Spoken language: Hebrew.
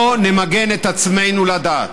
לא נמגן את עצמנו לדעת.